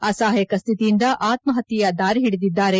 ಅಸಪಾಯಕ ಸ್ವಿತಿಯಿಂದ ಆತ್ಮಪತ್ತೆಯ ದಾರಿಹಿಡಿದಿದ್ದಾರೆ